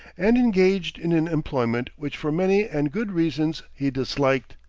and engaged in an employment which for many and good reasons he disliked.